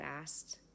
asked